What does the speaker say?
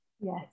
Yes